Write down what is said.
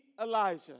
Elijah